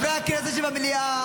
מאשימה,